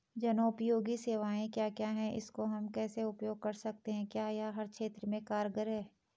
जनोपयोगी सेवाएं क्या क्या हैं इसको हम कैसे उपयोग कर सकते हैं क्या यह हर क्षेत्र में कारगर है?